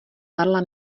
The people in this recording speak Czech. marla